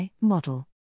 model